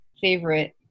favorite